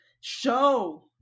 show